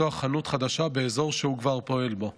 לפתוח חנות חדשה באזור שהוא כבר פועל בו.